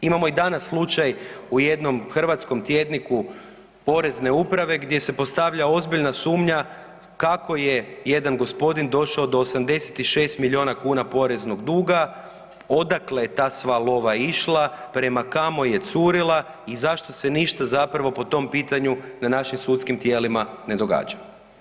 Imamo i danas slučaj u jednom hrvatskom tjedniku porezne uprave gdje se postavlja ozbiljna sumnja kako je jedan gospodin došao do 86 milijuna kuna poreznog duga, odakle je sva ta lova išla, prema kamo je curila i zašto se ništa zapravo po tom pitanju na našim sudskim tijelima ne događa.